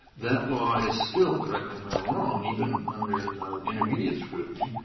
that law is still correct me if i'm wrong even under intermediate scrutiny,